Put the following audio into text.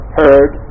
heard